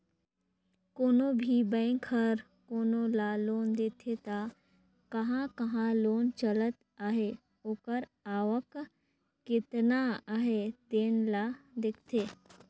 कोनो भी बेंक हर कोनो ल लोन देथे त कहां कहां लोन चलत अहे ओकर आवक केतना अहे तेन ल देखथे